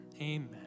Amen